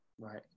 right